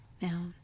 Now